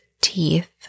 teeth